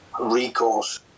recourse